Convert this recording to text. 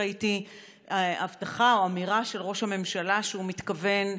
ראיתי הבטחה או אמירה של ראש הממשלה שהוא מתכוון,